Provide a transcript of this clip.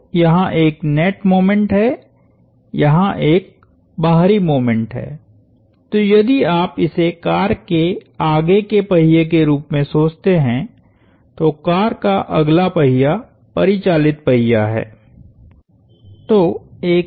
तो यहाँ एक नेट मोमेंट हैयहाँ एक बाहरी मोमेंट है तो यदि आप इसे कार के आगे के पहिये के रूप में सोचते हैं तो कार का अगला पहिया परिचालित पहिया है